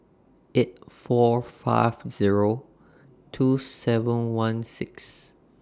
eight four five Zero two seven one six